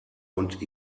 und